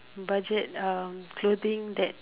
budget um clothing that